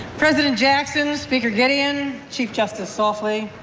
president jackson, speaker gideon, chief justice saufley,